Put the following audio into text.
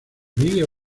video